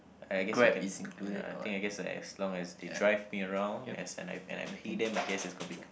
I guess you can ya I think I guess like as long as they drive me around as and I and I pay them I guess it's